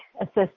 assist